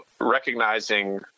recognizing